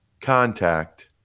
contact